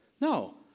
No